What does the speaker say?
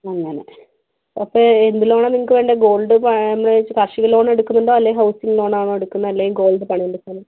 അങ്ങനെ അപ്പോൾ എന്ത് ലോണാണ് നിങ്ങൾക്ക് വേണ്ടത് ഗോൾഡ് കാർഷിക ലോണ് എടുക്കുന്നുണ്ടോ അല്ലെങ്കിൽ ഹൗസിംഗ് ലോണാണോ എടുക്കുന്നത് അല്ലെങ്കിൽ ഗോൾഡ് പണയം വച്ചാണോ